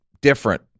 different